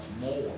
more